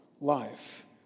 life